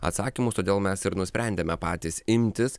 atsakymus todėl mes ir nusprendėme patys imtis